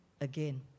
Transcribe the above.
again